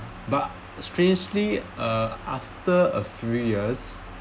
but strangely uh after a three years